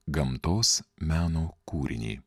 gamtos meno kūrinį